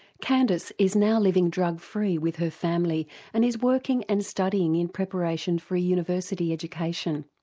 candice is now living drug free with her family and is working and studying in preparation for a university education.